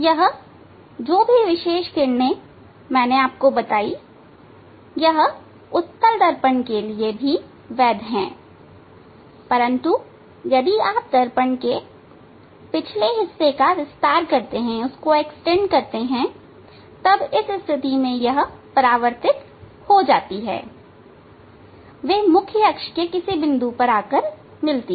यह जो भी विशेष किरणें मैंने आपको बताई यह उत्तल दर्पण के लिए भी वैध हैं परंतु यदि आप दर्पण के पिछले हिस्से का विस्तार करते हैं तब इस स्थिति में यह परावर्तित हो जाती हैं वे मुख्य अक्ष के किसी बिंदु पर आकर मिलती हैं